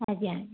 ଆଜ୍ଞା